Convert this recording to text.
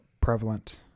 prevalent